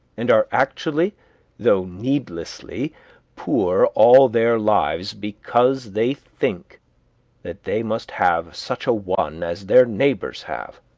and are actually though needlessly poor all their lives because they think that they must have such a one as their neighbors have.